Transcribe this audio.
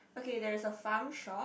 okay there is a farm shop